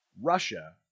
Russia